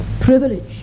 Privilege